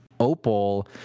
Opal